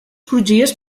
crugies